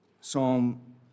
Psalm